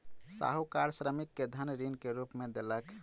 साहूकार श्रमिक के धन ऋण के रूप में देलक